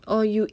oh you